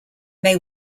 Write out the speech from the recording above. may